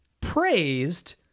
praised